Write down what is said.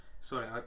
sorry